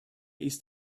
ist